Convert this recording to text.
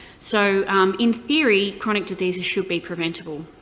so in theory, chronic diseases should be preventable.